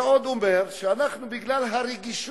ועוד אומר שאנחנו, בגלל הרגישות